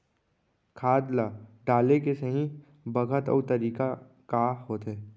खाद ल डाले के सही बखत अऊ तरीका का होथे?